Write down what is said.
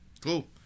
Cool